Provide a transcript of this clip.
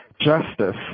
justice